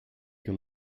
can